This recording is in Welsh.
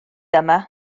yma